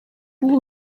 will